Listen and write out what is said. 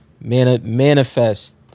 Manifest